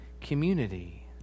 community